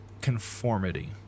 conformity